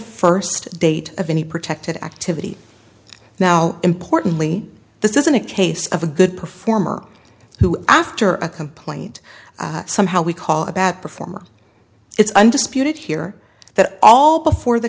first date of any protected activity now importantly this isn't a case of a good performer who after a complaint somehow we call about performer it's undisputed here that all before the